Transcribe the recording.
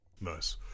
Nice